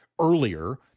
earlier